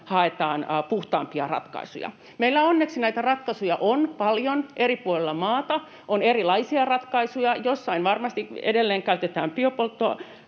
haetaan puhtaampia ratkaisuja. Meillä onneksi näitä ratkaisuja on paljon eri puolilla maata, on erilaisia ratkaisuja. Jossain varmasti edelleen poltetaan puuta,